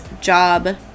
job